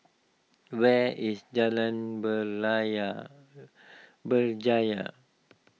where is Jalan Berjaya